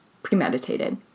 premeditated